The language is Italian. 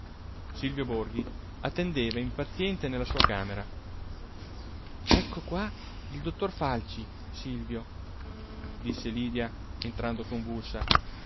silvio borghi attendeva impaziente nella sua camera ecco qua il dottor falci silvio disse lydia entrando convulsa